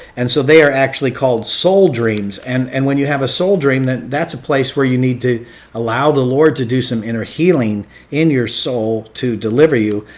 and so they are actually called soul dreams. and and when you have a soul dream, then that's a place where you need to allow the lord to do some inner healing in your soul to deliver you.